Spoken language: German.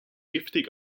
giftig